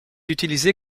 utilisé